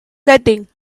setting